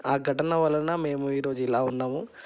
ఆ ఘటన వలన మేము ఈరోజు ఇలా ఉన్నాము